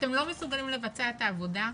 אתם לא מסוגלים לבצע את העבודה?